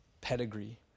pedigree